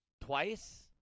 twice